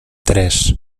tres